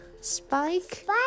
Spike